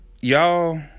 y'all